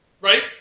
Right